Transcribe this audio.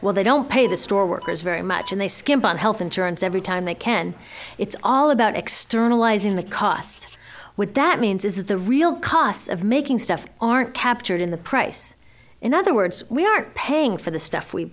well they don't pay the store workers very much and they skimp on health insurance every time they can it's all about externalizing the cost what that means is that the real costs of making stuff aren't captured in the price in other words we aren't paying for the stuff we